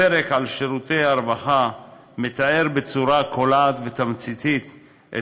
הפרק על שירותי הרווחה מתאר בצורה קולעת ותמציתית את